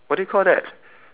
what do you call that